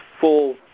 full